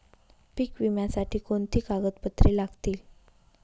पीक विम्यासाठी कोणती कागदपत्रे लागतील?